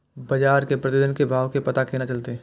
बजार के प्रतिदिन के भाव के पता केना चलते?